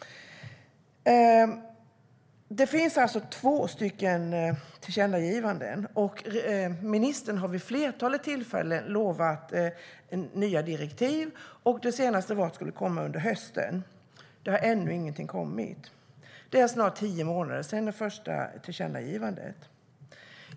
Det finns alltså två tillkännagivanden, och ministern har vid ett flertal tillfällen lovat nya direktiv. Det senaste var att de skulle komma under hösten. Ännu har dock ingenting kommit. Det är snart tio månader sedan det första tillkännagivandet.